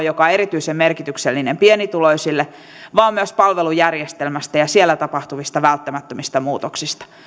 joka on erityisen merkityksellinen pienituloisille vaan myös palvelujärjestelmästä ja siellä tapahtuvista välttämättömistä muutoksista